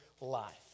life